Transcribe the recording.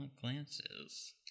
glances